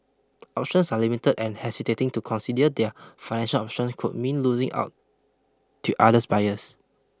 options are limited and hesitating to consider their financial options could mean losing out to others buyers